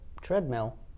treadmill